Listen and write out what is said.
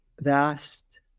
vast